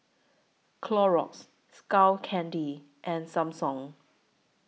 Clorox Skull Candy and Samsung